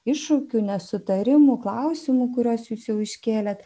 iššūkių nesutarimų klausimų kuriuos jūs jau iškėlėt